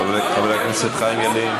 חבר הכנסת חיים ילין,